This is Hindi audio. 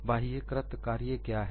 बाह्य कृत कार्य क्या है